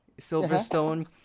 Silverstone